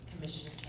Commissioner